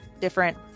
different